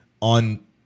on